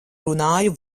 runāju